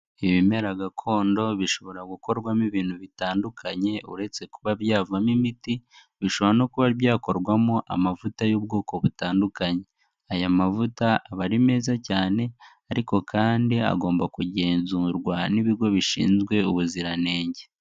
Ibimera gakondo bishobora gukorwamo ibintu bitandukanye uretse kuba byavamo imiti, bishobora no kuba byakorwamo amavuta y'ubwoko butandukanye. Aya mavuta aba ari meza cyane, ariko kandi agomba kugenzurwa n'ibigo bishinzwe ubuziranenge.